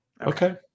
Okay